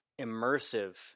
immersive